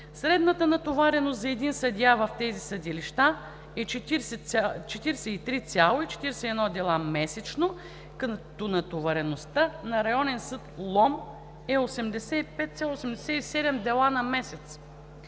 Средната натовареност за един съдия в тези съдилища е 43,41 дела месечно, като натовареността в Районен съд – Лом, е 85,87 дела на месец,